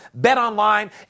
BetOnline